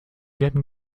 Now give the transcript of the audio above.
werden